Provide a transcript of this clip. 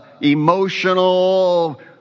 emotional